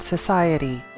society